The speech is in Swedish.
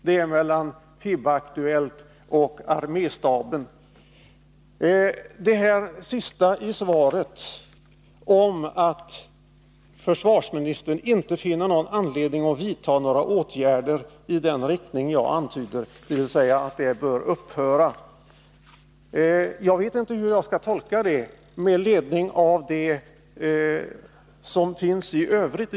Jag vet inte hur jag skall tolka det som står i slutet av försvarsministerns svar, nämligen att han inte finner anledning att vidta åtgärder av det slag som jag har antytt, dvs. så att detta samarbete upphör. Jag får ingen vägledning av texten i övrigt.